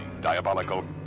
Diabolical